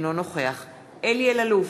אינו נוכח אלי אלאלוף,